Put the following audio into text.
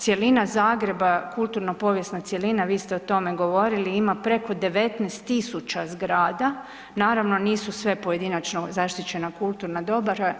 Cjelina Zagreba, kulturno-povijesna cjelina, vi ste o tome govorili, ima preko 19 tisuća zgrada, naravno, nisu sve pojedinačno zaštićena kulturna dobra.